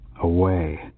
Away